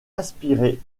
inspirées